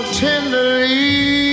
tenderly